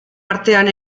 artean